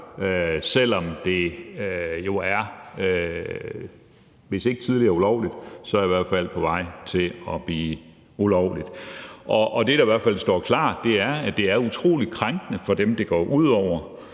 selv om det jo er, hvis ikke ulovligt, så i hvert fald på vej til at blive det. Det, der i hvert fald står klart, er, at det er utrolig krænkende for dem, det går ud over,